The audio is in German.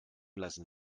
lassen